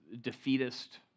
defeatist